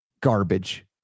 garbage